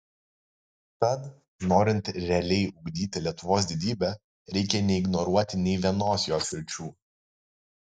tad norint realiai ugdyti lietuvos didybę reikia neignoruoti nei vienos jos sričių